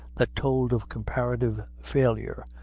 that told of comparative failure,